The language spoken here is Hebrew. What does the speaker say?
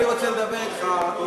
לא, אני רוצה לדבר אתך.